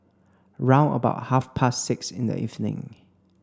round about half past six in the evening